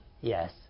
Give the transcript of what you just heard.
Yes